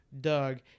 Doug